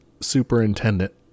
superintendent